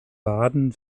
baden